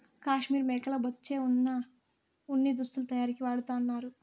కాశ్మీర్ మేకల బొచ్చే వున ఉన్ని దుస్తులు తయారీకి వాడతన్నారు